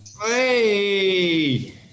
Hey